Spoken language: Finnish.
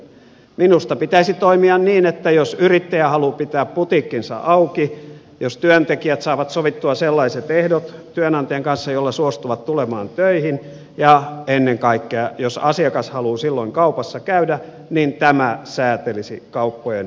minusta pitäisi toimia niin että jos yrittäjä haluaa pitää putiikkinsa auki jos työntekijät saavat sovittua sellaiset ehdot työnantajan kanssa joilla suostuvat tulemaan töihin ja ennen kaikkea jos asiakas haluaa silloin kaupassa käydä niin tämä säätelisi kauppojen aukioloa